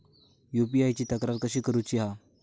UPI ची तक्रार कशी करुची हा?